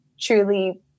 truly